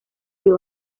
uyu